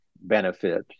benefit